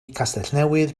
castellnewydd